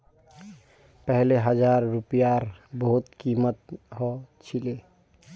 पहले हजार रूपयार बहुत कीमत ह छिले